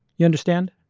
you understand?